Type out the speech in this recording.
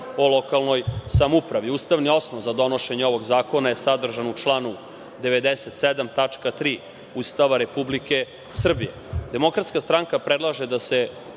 o lokalnoj samoupravi. Ustavni osnov za donošenje ovog zakona je sadržan u članu 97. tačka 3. Ustava Republike Srbije. Demokratska stranka predlaže da se